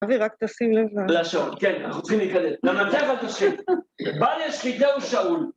אבי, רק תשים לב. לשעון, כן, אנחנו צריכים להיכנס. גם לנצח, אל תשכי. בליה, שחידה ושאול.